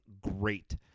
great